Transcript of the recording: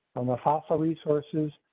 on the fossil resources,